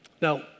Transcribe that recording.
Now